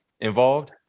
involved